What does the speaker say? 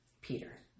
Peter